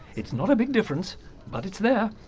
it's not a big difference but it's there.